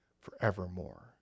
forevermore